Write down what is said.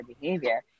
behavior